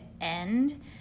end